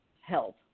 health